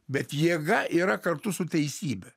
bet jėga yra kartu su teisybe